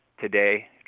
Today